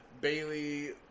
Bailey